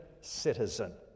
citizen